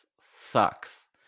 sucks